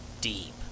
deep